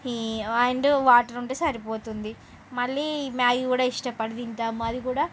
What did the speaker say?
ఈ and water ఉంటే సరిపోతుంది మళ్ళీ మ్యాగీ కూడా ఇష్టపడి తింటాం అది కూడా